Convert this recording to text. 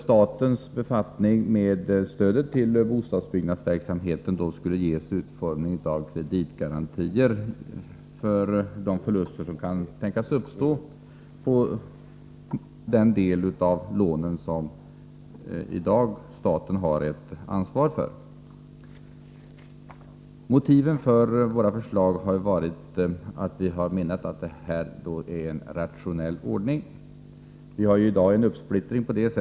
Statens befattning med stödet till bostadsbyggnadsverksamheten skulle ges formen av kreditgarantier för de förluster som kan tänkas uppstå på den del av lånen som staten i dag har ett ansvar för. Motivet har varit att detta är en mera rationell ordning än den uppsplittring som råder i dag.